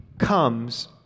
comes